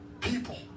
people